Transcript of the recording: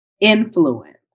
influence